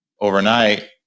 overnight